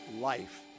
life